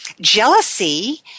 jealousy